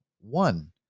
one